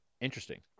Interesting